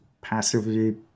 passively